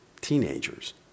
teenagers